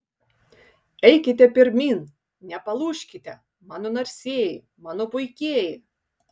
eikite pirmyn nepalūžkite mano narsieji mano puikieji